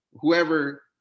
whoever